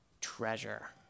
treasure